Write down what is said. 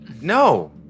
No